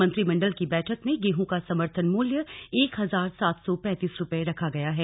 मंत्रिमण्डल की बैठक में गेहूं का समर्थन मूल्य एक हजार सात सौ पैंतीस रुपए रखा गया है